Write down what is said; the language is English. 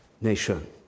nation